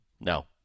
No